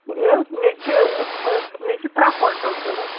مےٚ حظ مےٚ چھِ بہٕ حظ مےٚ چھِ ترٛےٚ کۅینٛٹَل ضروٗرت